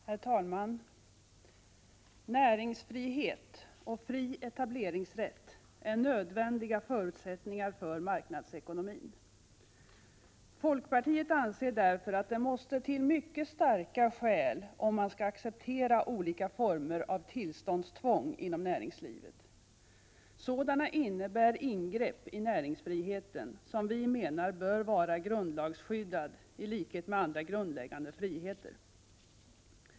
Herr talman! Näringsfrihet och fri etableringsrätt är nödvändiga förutsättningar för marknadsekonomin. Folkpartiet anser därför att det måste till mycket starka skäl om man skall acceptera olika former av tillståndstvång inom näringslivet. Sådana innebär ingrepp i näringsfriheten, som vi menar bör vara grundlagsskyddad i likhet med andra grundläggande friheter.